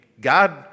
God